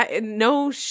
No